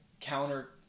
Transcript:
counter